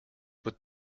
but